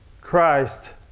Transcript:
Christ